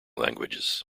languages